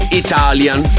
italian